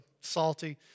salty